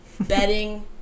Bedding